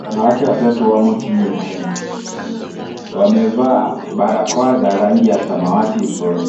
Wanawake watatu wamo chini ya hema. Wamevaa barakoa za rangi ya samawati usoni.